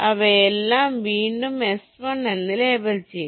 അവയെല്ലാം വീണ്ടും S1 എന്ന് ലേബൽ ചെയ്യും